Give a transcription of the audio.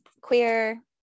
queer